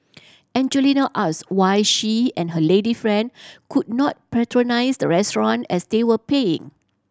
Angelina ask why she and her lady friend could not patronise the restaurant as they were paying